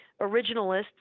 originalists